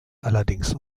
allerdings